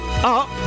Up